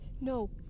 No